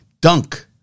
dunk